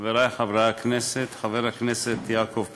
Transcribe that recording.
חברי חברי הכנסת, חבר הכנסת יעקב פרי,